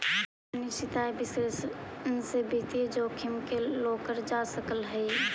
का निश्चित आय विश्लेषण से वित्तीय जोखिम के रोकल जा सकऽ हइ?